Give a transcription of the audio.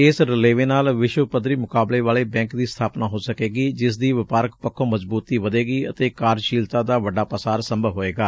ਇਸ ਰਲੇਵੇਂ ਨਾਲ ਵਿਸ਼ਵ ਪੱਧਰੀ ਮੁਕਾਬਲੇ ਵਾਲੇ ਬੈਂਕ ਦੀ ਸਬਾਪਨਾ ਹੋ ਸਕੇਗੀ ਜਿਸ ਦੀ ਵਪਾਰਕ ਪੱਖੋਂ ਮਜ਼ਬੂਤੀ ਵਧੇਗੀ ਅਤੇ ਕਾਰਜਸ਼ੀਲਤਾ ਦਾ ਵੱਡਾ ਪਾਸਾਰ ਸੰਭਾਵ ਹੋਏਗਾ